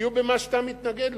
יהיה במה שאתה מתנגד לו,